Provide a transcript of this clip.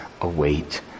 await